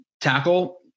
tackle